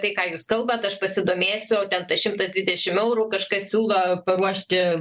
tai ką jūs kalbat aš pasidomėsiu ten tas šimtas dvidešim eurų kažkas siūlo paruošti